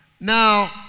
Now